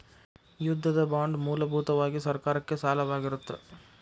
ಯುದ್ಧದ ಬಾಂಡ್ ಮೂಲಭೂತವಾಗಿ ಸರ್ಕಾರಕ್ಕೆ ಸಾಲವಾಗಿರತ್ತ